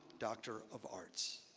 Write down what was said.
doctor of arts.